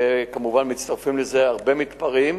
וכמובן, מצטרפים לזה הרבה מתפרעים.